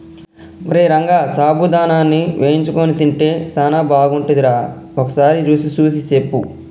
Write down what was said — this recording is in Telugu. ఓరై రంగ సాబుదానాని వేయించుకొని తింటే సానా బాగుంటుందిరా ఓసారి రుచి సూసి సెప్పు